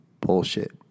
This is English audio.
bullshit